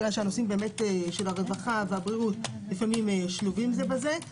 הנושאים של הרווחה והבריאות שלובים זה בזה.